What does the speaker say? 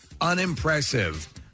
unimpressive